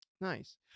Nice